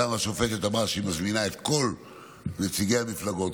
והשופטת גם אמרה שהיא מזמינה את כל נציגי המפלגות,